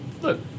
look